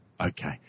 Okay